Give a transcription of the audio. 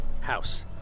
house